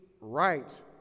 right